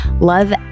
Love